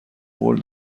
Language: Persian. قول